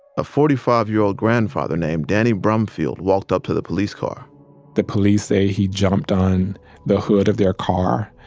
a forty five year old grandfather named danny brumfield walked up to the police car the police say he jumped on the hood of their car.